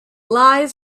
lies